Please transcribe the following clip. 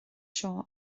seo